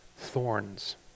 thorns